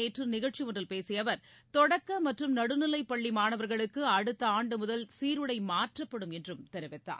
நேற்றுநிகழ்ச்சிஒன்றில் பேசியஅவர் தொடக்கமற்றும் திருப்பூரில் நடுநிலைப்பள்ளிமாணவர்களுக்குஅடுத்தாண்டுமுதல் சீருடைமாற்றப்படும் என்றும் தெரிவித்தார்